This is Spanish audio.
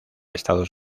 estados